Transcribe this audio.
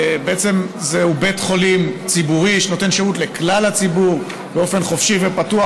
זהו בית חולים ציבורי שנותן שירות לכלל הציבור באופן חופשי ופתוח,